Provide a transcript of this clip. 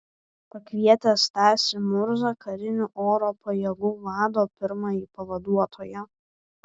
pakvietė stasį murzą karinių oro pajėgų vado pirmąjį pavaduotoją